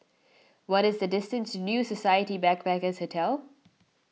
what is the distance to New Society Backpackers' Hotel